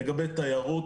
לגבי תיירות,